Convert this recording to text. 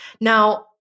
Now